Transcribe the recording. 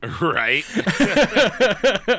Right